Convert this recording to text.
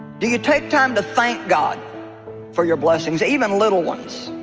do you take time to thank god for your blessings even little ones